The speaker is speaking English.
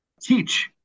teach